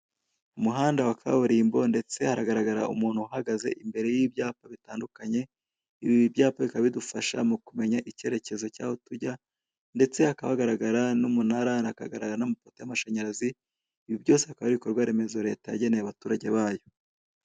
Umuhanda wa kaburimbo ndetse haragaragara umuntu uhagaze imbere y'ibyapa bitandukanye, ibi byapa bikaba bidufasha mukumenya icyerekezo cyaho tujya ndetse hakaba hagaragara n'umunara, hakagaragara n'amapoto y'amashanyarazi ibi byose bikaba Ari ibikorwa remezo leta yageneye abaturage bayo.